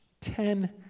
ten